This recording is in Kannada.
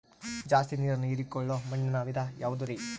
ಜಾಸ್ತಿ ನೇರನ್ನ ಹೇರಿಕೊಳ್ಳೊ ಮಣ್ಣಿನ ವಿಧ ಯಾವುದುರಿ?